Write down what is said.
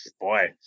boy